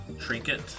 trinket